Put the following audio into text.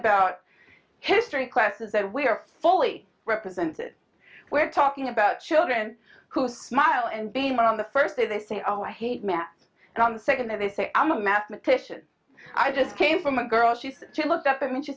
about history classes and we're fully represented we're talking about children who smile and being on the first day they say oh i hate math and on the second and they say i'm a mathematician i just came from a girl she said she looked up and she s